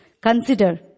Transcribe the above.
consider